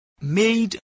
made